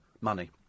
Money